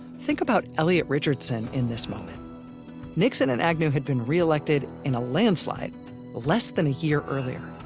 think about elliot richardson in this moment nixon and agnew had been re-elected in a landslide less than a year earlier.